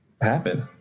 happen